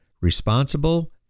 responsible